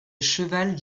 cheval